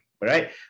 Right